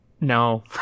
No